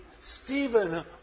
Stephen